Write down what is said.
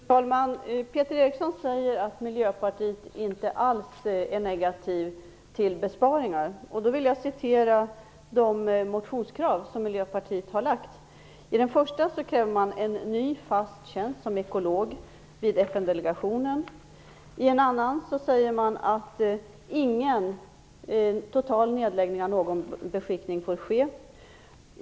Fru talman! Peter Eriksson säger att man i Miljöpartiet inte alls är negativ till besparingar. Jag vill ta upp de motionskrav Miljöpartiet har lagt fram. I det första yrkandet kräver man en ny fast tjänst som ekolog vid FN-delegationen. I ett annat säger man att ingen total nedläggning får ske av någon beskickning.